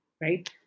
right